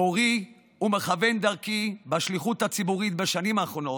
מורי ומכוון דרכי בשליחות הציבורית בשנים האחרונות,